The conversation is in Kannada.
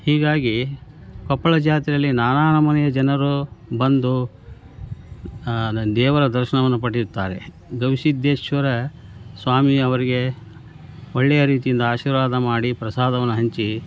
ಹೀಗಾಗಿ ಕೊಪ್ಪಳ ಜಾತ್ರೆಯಲ್ಲಿ ನಾನಾ ನಮೂನೆಯ ಜನರು ಬಂದು ನ ದೇವರ ದರ್ಶನವನ್ನು ಪಡೆಯುತ್ತಾರೆ ಗವಿಸಿದ್ಧೇಶ್ವರ ಸ್ವಾಮಿ ಅವರಿಗೆ ಒಳ್ಳೆಯ ರೀತಿಯಿಂದ ಆಶೀರ್ವಾದ ಮಾಡಿ ಪ್ರಸಾದವನ್ನ ಹಂಚಿ